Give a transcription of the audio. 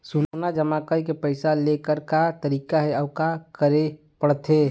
सोना जमा करके पैसा लेकर का तरीका हे अउ का करे पड़थे?